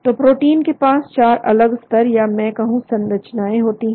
तो प्रोटीन के पास चार अलग स्तर या मैं कहूं संरचनाएं होती हैं